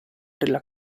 della